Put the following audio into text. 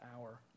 hour